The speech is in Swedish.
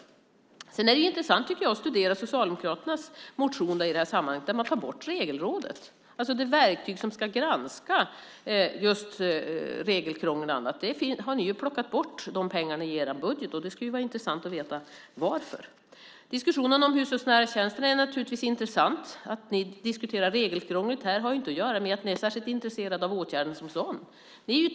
Sedan tycker jag att det är intressant att studera Socialdemokraternas motion i det här sammanhanget, där man tar bort Regelrådet. Det är alltså det verktyg som ska granska just regelkrångel och annat. De pengarna har ni ju plockat bort i er budget. Det skulle vara intressant att veta varför. Diskussionen om hushållsnära tjänster är naturligtvis intressant. Att ni diskuterar regelkrånglet här har ju inget att göra med att ni är särskilt intresserade av åtgärden som sådan.